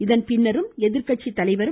இதன்பின்னரும் எதிர்கட்சி தலைவரும் என்